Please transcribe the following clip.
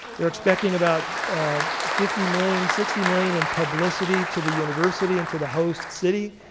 they're expecting about fifty million, sixty million in publicity to the university and to the host city.